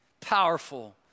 powerful